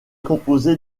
composée